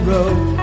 Road